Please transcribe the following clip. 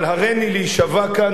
אבל הריני להישבע כאן,